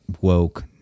woke